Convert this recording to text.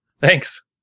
Thanks